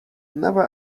never